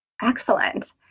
Excellent